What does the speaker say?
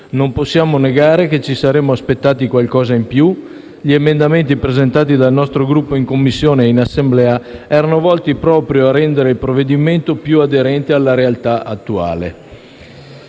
Non possiamo negare che ci saremmo aspettati qualcosa in più. Gli emendamenti presentati dal nostro Gruppo in Commissione e in Assemblea erano volti proprio a rendere il provvedimento più aderente alla realtà attuale.